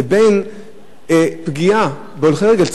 לבין פגיעה בהולכי רגל.